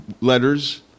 letters